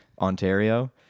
Ontario